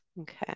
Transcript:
Okay